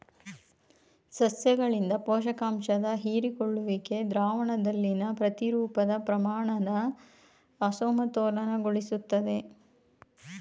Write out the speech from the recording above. ಸಸ್ಯಗಳಿಂದ ಪೋಷಕಾಂಶದ ಹೀರಿಕೊಳ್ಳುವಿಕೆ ದ್ರಾವಣದಲ್ಲಿನ ಪ್ರತಿರೂಪದ ಪ್ರಮಾಣನ ಅಸಮತೋಲನಗೊಳಿಸ್ತದೆ